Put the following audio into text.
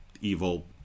evil